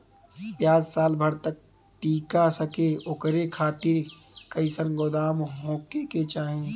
प्याज साल भर तक टीका सके ओकरे खातीर कइसन गोदाम होके के चाही?